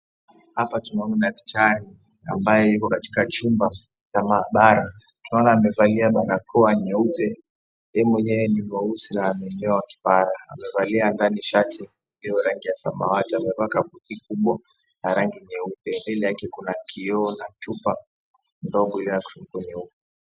Hapa tunaona daktari ambaye yuko katika chumba cha maabara. Tunaona amevalia barakoa nyeupe. Yeye mwenyewe ni mweusi na amenyoa kipara. Amevalia ndani shati hiyo rangi ya samawati amevaa koti kubwa ya rangi nyeupe. Mbele yake kuna kioo na chupa ndogo ile ya kunyunyizia.